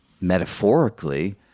metaphorically